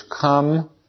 come